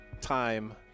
time